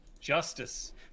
Justice